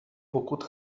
pokud